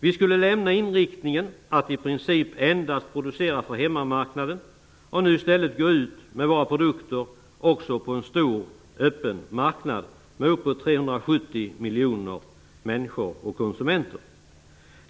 Vi skulle lämna inriktningen att i princip endast producera för hemmamarknaden och nu i stället gå ut med våra produkter också på en stor öppen marknad med uppemot 370 miljoner människor och konsumenter.